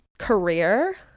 career